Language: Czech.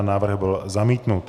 Návrh byl zamítnut.